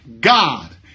God